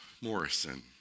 Morrison